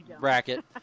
bracket